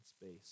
space